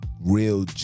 real